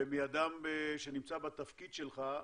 ומאדם שנמצא בתפקיד שלך,